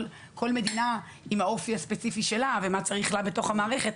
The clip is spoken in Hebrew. כל מדינה עם האופי הספציפי שלה ומה צריך להיות בתוך המערכת,